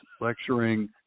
lecturing